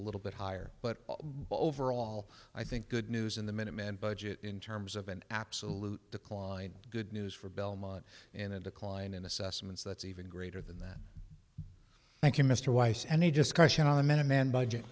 little bit higher but overall i think good news in the minuteman budget in terms of an absolute decline good news for belmont in a decline in assessments that's even greater than that thank you mr weiss any discussion on a man a man budget